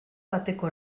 bateko